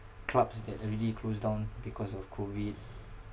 clubs that already close down because of COVID